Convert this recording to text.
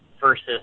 versus